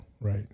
right